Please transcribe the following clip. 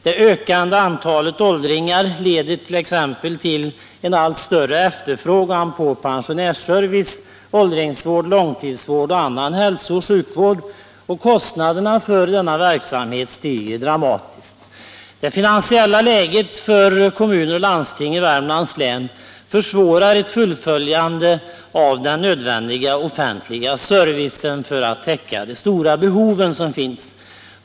Det ökande antalet åldringar leder t.ex. till en allt större efterfrågan på pensionärsservice, åldringsvård, långtidsvård och annan hälsooch sjukvård. Kostnaderna för denna verksamhet stiger dramatiskt. Det finansiella läget för kommuner och landsting i Värmlands län försvårar ett fullföljande av den nödvändiga offentliga servicen för att täcka de stora behov som finns.